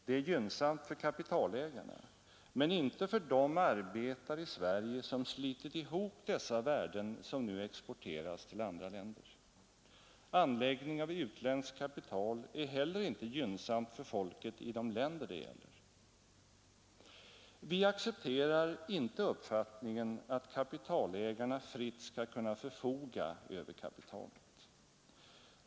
Det är gynnsamt för kapitalägarna, men inte för de arbetare i Sverige som slitit ihop dessa väden vilka nu exporteras till andra länder. Anläggning av utländskt kapital är heller inte gynnsamt för folket i de länder det gäller. Vi accepterar inte uppfattningen att kapitalägarna fritt skall kunna förfoga över kapitalet.